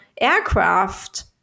aircraft